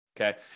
okay